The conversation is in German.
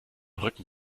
rücken